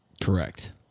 Correct